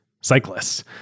cyclists